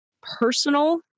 personal